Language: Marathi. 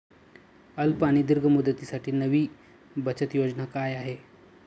अल्प आणि दीर्घ मुदतीसाठी नवी बचत योजना काय आहे?